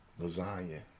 lasagna